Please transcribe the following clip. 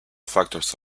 factors